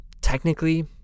technically